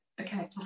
Okay